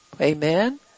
Amen